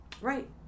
Right